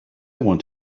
want